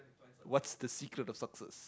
what's the secret of success